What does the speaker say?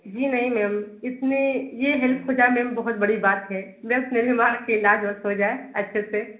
जी नहीं मैम इतनी ये हेल्प हो जाए मैम बहुत बड़ी बात है बस मेरी माँ का इलाज हो जाए अच्छे से